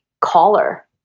caller